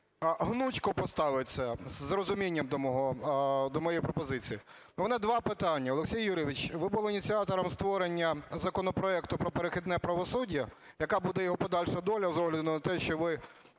гнучко поставиться, з розумінням до моєї пропозиції. У мене два питання. Олексій Юрійович, ви були ініціатором створення законопроекту про перехідне правосуддя. Яка буде його подальша доля з огляду на те, що ви